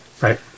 Right